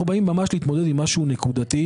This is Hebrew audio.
אנחנו באים ממש להתמודד עם משהו נקודתי: